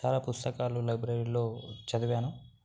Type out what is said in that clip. చాలా పుస్తకాలు లైబ్రరీలో చదివాను